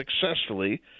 successfully